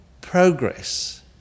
progress